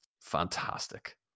fantastic